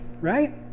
right